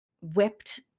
whipped